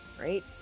right